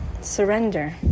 surrender